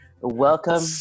Welcome